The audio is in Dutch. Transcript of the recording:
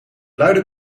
luide